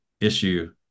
issue